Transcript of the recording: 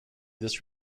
this